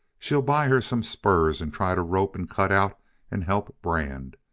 she'll buy her some spurs and try to rope and cut out and help brand.